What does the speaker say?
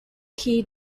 key